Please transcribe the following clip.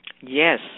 Yes